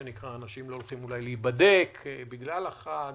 אולי אנשים לא הולכים להיבדק בגלל החג